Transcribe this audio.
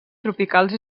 tropicals